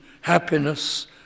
happiness